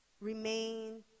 remain